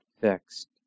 fixed